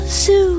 zoo